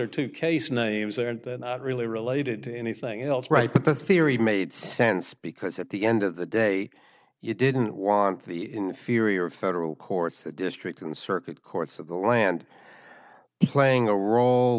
are two case names aren't really related to anything else right but the theory made sense because at the end of the day you didn't want the inferior federal courts the district and circuit courts of the land playing a role